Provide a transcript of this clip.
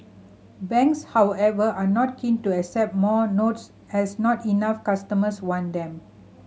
banks however are not keen to accept more notes as not enough customers want them